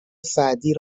سعدی